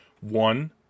one